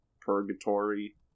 purgatory